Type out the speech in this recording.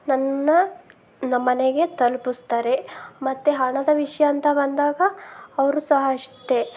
ನನ್ನ ನಮ್ಮ ಮನೆಗೆ ತಲ್ಪಿಸ್ತಾರೆ ಮತ್ತು ಹಣದ ವಿಷಯ ಅಂತ ಬಂದಾಗ ಅವರು ಸಹ ಅಷ್ಟೆ